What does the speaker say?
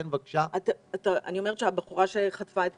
אני אומרת שהבחורה שחטפה את